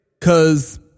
Cause